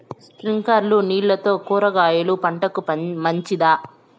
స్ప్రింక్లర్లు నీళ్లతో కూరగాయల పంటకు మంచిదా?